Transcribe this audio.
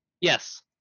Yes